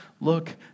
look